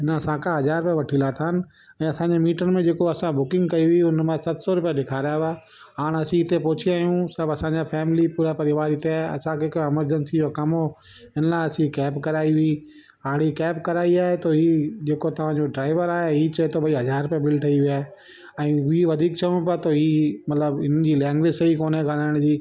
हिन असांखा हज़ार रुपया वठी लाथा आहिनि ऐं असांजे मीटर में जेको असां बुकिंग कयी हुई उनमां सत सौ रुपया ॾेखारिया हुआ हाणे असीं हिते पहुची विया आहियूं सभु असांजा फेमिली पूरा परिवार इते आहे असांखे का अमर्जेंसीअ जो कमु हो हिन लाइ असीं कैब कराई हुई हाणे कैब कराई आहे त हीउ जेको तव्हांजो ड्राइवर आहे हीउ चए थो भई हज़ार रुपयो बिल ठही वियो आहे ऐं वी वधीक चऊं पिया त हीअं मतलबु हिनन जी लैंगवेज सही कोन्हे ॻाल्हाइण जी